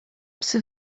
psy